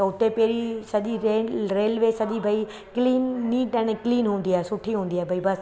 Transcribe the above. त हुते पहिरीं सॼी रेल रेलवे सॼी भई क्लीन नीट अने क्लीन हूंदी आहे सुठी हूंदी आहे भई बसि